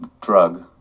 drug